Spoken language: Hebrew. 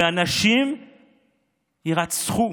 ואנשים יירצחו,